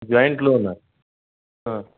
joint ಲೋನಾ ಹಾಂ